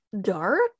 dark